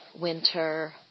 winter